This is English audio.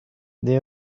they